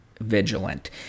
vigilant